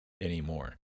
anymore